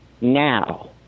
now